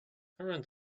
current